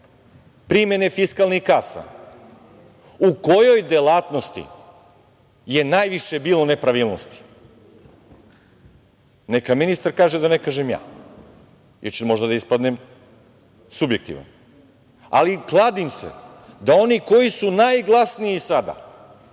primene fiskalnih kasa, u kojoj delatnosti je najviše bilo nepravilnosti? Neka ministar kaže da ne kažem ja ili ću možda da ispadnem subjektivan. Kladim se da oni koji su najglasniji sada